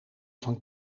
van